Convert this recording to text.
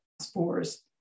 spores